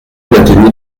aucun